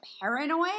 paranoid